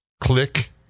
click